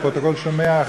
הפרוטוקול שומע?